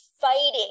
fighting